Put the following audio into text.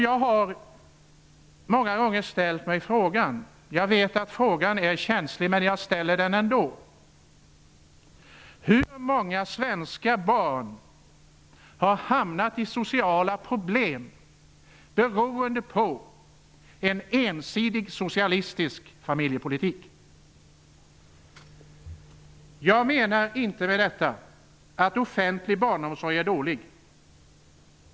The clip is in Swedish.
Jag har många gånger ställt mig frågan -- jag vet att frågan är känslig, men jag ställer den ändå: Hur många svenska barn har hamnat i sociala problem beroende på en ensidig socialistisk familjepolitik? Jag menar inte med detta att offentlig barnomsorg är dålig.